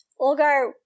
Olgar